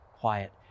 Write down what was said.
quiet